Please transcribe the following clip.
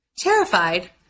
terrified